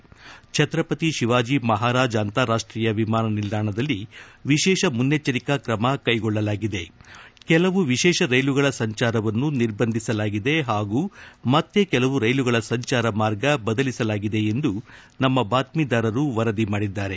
ಭಕ್ತಪತಿ ಶಿವಾಜಿ ಮಪಾರಾಜ್ ಅಂತಾರಾಷ್ಟೀಯ ವಿಮಾನ ನಿಲ್ದಾಣದಲ್ಲಿ ವಿಶೇಷ ಮುನ್ನೆಚ್ಚರಿಕಾ ಕ್ರಮ ಕೈಗೊಳ್ಳಲಾಗಿದೆ ಕೆಲವು ವಿಶೇಷ ರೈಲುಗಳ ಸಂಚಾರವನ್ನು ನಿರ್ಬಂಧಿಸಲಾಗಿದೆ ಹಾಗೂ ಮತ್ತೆ ಕೆಲವು ರೈಲುಗಳ ಸಂಚಾರ ಮಾರ್ಗ ಬದಲಿಸಲಾಗಿದೆ ಎಂದು ನಮ್ಮ ಬಾತ್ತೀದಾರರು ವರದಿ ಮಾಡಿದ್ದಾರೆ